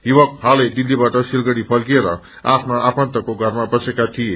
युवक हाले दिल्लीबाट सिलगढ़ी फर्किएर आफ्ना आफन्तकोमा बसेका थिए